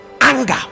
anger